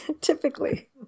Typically